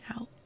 out